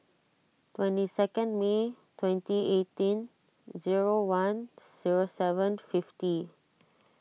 twenty second May twenty eighteen zero one zero seven fifty